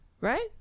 right